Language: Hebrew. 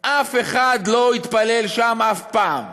אף אחד לא התפלל שם אף פעם.